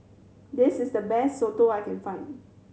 this is the best soto I can find